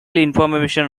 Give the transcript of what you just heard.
information